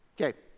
Okay